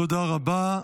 תודה רבה.